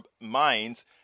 minds